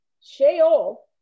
Sheol